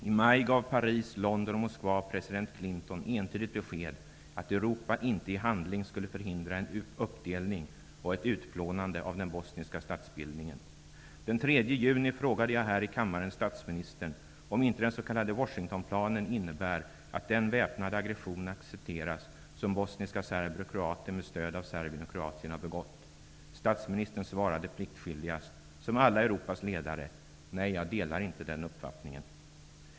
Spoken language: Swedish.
I maj gav Paris, London och Moskva president Clinton entydigt besked att Europa inte i handling skulle förhindra en uppdelning och ett utplånande av den bosniska statsbildningen. Den 3 juni frågade jag här i kammaren statsminister Bildt om inte den s.k. Washingtonplanen innebar att den väpnade aggression accepteras som bosniska serber och kroater med stöd av Serbien och Kroatien har begått. Statsministern svarade pliktskyldigast, som alla Europas ledare: ''Nej, jag delar inte den uppfattningen.''